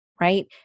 right